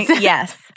Yes